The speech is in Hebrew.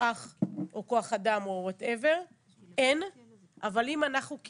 שמולי, אגב, שנינו